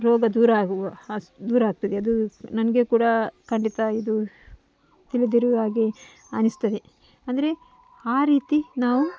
ರೋಗ ದೂರ ಆಗಿರು ಆ ದೂರ ಆಗ್ತದೆ ಅದು ನಮಗೆ ಕೂಡ ಖಂಡಿತ ಇದು ತಿಳಿದಿರುವ ಹಾಗೆ ಅನಿಸ್ತದೆ ಅಂದರೆ ಆ ರೀತಿ ನಾವು